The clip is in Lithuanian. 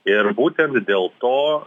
ir būtent dėl to